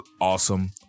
awesome